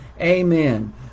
amen